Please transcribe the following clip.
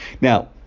Now